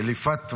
איללי פאת מאת.